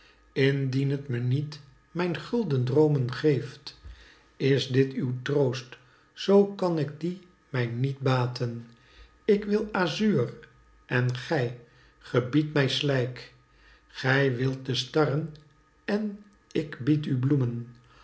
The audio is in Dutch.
t me niet mijn gulden droomen geeft is dit uw troost zoo kan die mij niet baten ik wil azuur en gij ge biedt mij slijk gij wilt de starren en ik bied u bloemen